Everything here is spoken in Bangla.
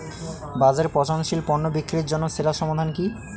বাজারে পচনশীল পণ্য বিক্রির জন্য সেরা সমাধান কি?